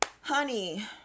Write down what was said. honey